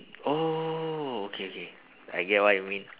oh okay okay I get what you mean